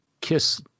kiss